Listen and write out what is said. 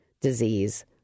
disease